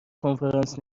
کنفرانس